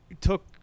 took